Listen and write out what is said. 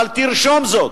אבל תרשום זאת: